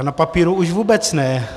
Na papíru už vůbec ne.